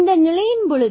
இந்த நிலையின் பொழுது